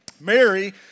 Mary